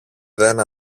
δεν